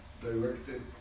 directed